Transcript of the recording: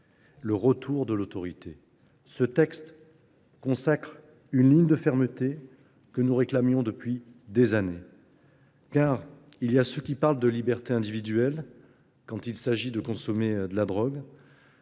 le retour de l'autorité. Ce texte consacre une ligne de fermeté que nous réclamions depuis des années, car il y a ceux qui parlent de liberté individuelle, individuelle quand il s'agit de consommer de la drogue.